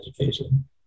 Education